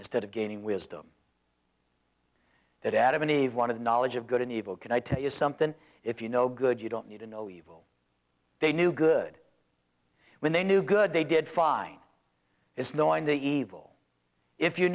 instead of gaining wisdom that at any one of the knowledge of good and evil can i tell you something if you know good you don't need to know evil they knew good when they knew good they did fine is knowing the evil if you